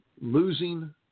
losing